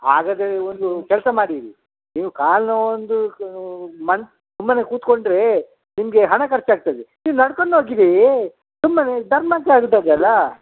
ಹಾಗಾದರೆ ನೀವು ಒಂದು ಕೆಲಸ ಮಾಡಿರಿ ನೀವು ಕಾಲು ನೋವು ಒಂದು ಮನ್ಸು ಸುಮ್ಮನೆ ಕೂತ್ಕೊಂಡ್ರೆ ನಿಮಗೆ ಹಣ ಖರ್ಚಾಗ್ತದೆ ನೀವು ನಡ್ಕೊಂಡು ಹೋಗಿರಿ ಸುಮ್ಮನೆ ಧರ್ಮಕ್ಕೆ ಆಗ್ತದೆ ಅಲ್ವಾ